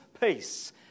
peace